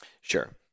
Sure